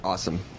Awesome